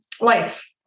life